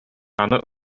аны